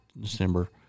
December